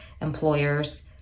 employers